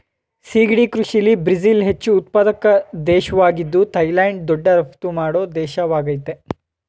ಸಿಗಡಿ ಕೃಷಿಲಿ ಬ್ರಝಿಲ್ ಹೆಚ್ಚು ಉತ್ಪಾದಕ ದೇಶ್ವಾಗಿದೆ ಥೈಲ್ಯಾಂಡ್ ದೊಡ್ಡ ರಫ್ತು ಮಾಡೋ ದೇಶವಾಗಯ್ತೆ